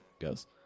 goes